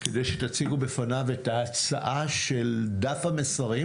כדי שתציגו בפניו את ההצעה של דף המסרים